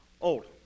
Old